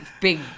big